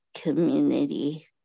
community